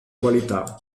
qualità